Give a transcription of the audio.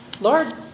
Lord